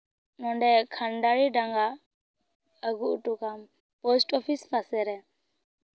ᱱᱚᱰᱮ ᱠᱷᱟᱱᱰᱟᱨᱤ ᱰᱟᱸᱜᱟ ᱟᱹᱜᱩ ᱦᱚᱴᱚ ᱠᱟᱜ ᱟᱢ ᱯᱳᱥᱴ ᱚᱯᱷᱤᱥ ᱯᱟᱥᱮᱨᱮ